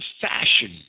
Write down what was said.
fashion